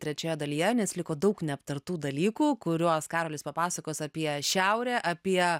trečioje dalyje nes liko daug neaptartų dalykų kuriuos karolis papasakos apie šiaurę apie